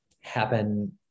happen